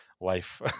Life